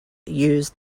use